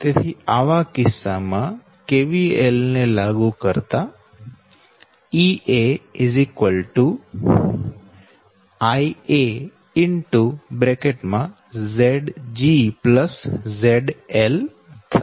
તેથી આ કિસ્સામાં KVL ને લાગુ કરતા Ea Zg ZL Ia થશે